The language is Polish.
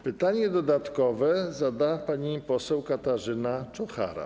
Pytanie dodatkowe zada pani poseł Katarzyna Czochara.